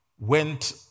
went